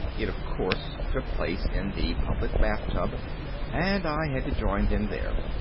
it, of course, took place in the public bathtub and i had to join them there.